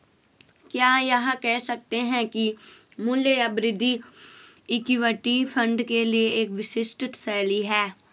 क्या यह कह सकते हैं कि मूल्य या वृद्धि इक्विटी फंड के लिए एक विशिष्ट शैली है?